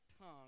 tongue